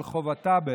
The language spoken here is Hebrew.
לחובתה,